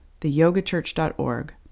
theyogachurch.org